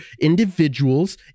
individuals